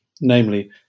namely